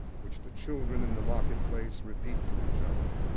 which the children in the market-place repeat to each other.